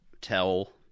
tell